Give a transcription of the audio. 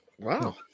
Wow